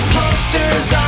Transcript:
posters